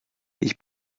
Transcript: ich